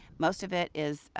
most of it is,